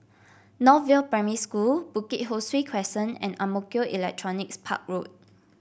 North View Primary School Bukit Ho Swee Crescent and Ang Mo Kio Electronics Park Road